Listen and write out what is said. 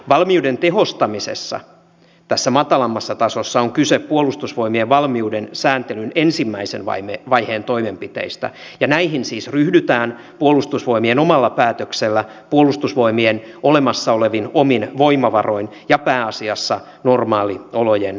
valmiuden tehostamisessa tässä matalammassa tasossa on kyse puolustusvoimien valmiuden sääntelyn ensimmäisen vaiheen toimenpiteistä ja näihin siis ryhdytään puolustusvoimien omalla päätöksellä puolustusvoimien olemassa olevin omin voimavaroin ja pääasiassa normaaliolojen toimivaltuuksin